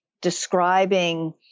describing